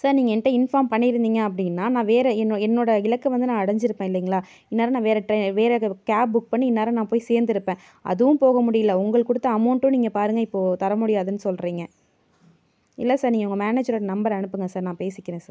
sir நீங்கள் என்கிட்ட inform பண்ணிருந்தீங்க அப்படின்னா நான் வேறு என்ன என்னோட இலக்கை வந்து நான் அடைஞ்சிருப்பேன் இல்லைங்களா இந்நேரம் நான் வேறு ட்ரெ வேறு கேப் புக் பண்ணி இந்நேரம் நான் போய் சேர்ந்துருப்பேன் அதுவும் போக முடியல உங்களுக்கு கொடுத்த அமௌண்ட்டும் நீங்கள் பாருங்கள் இப்போ தரமுடியாதுன்னு சொல்லுறீங்க இல்லை சார் நீங்கள் உங்கள் மேனேஜரோட நம்பர் அனுப்புங்கள் சார் நான் பேசிக்கிறேன் சார்